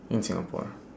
in singapore lah